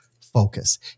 focus